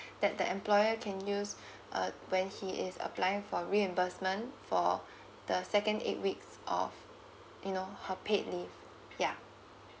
that the employer can use uh when he is applying for reimbursement for the second eight weeks of you know her paid leave ya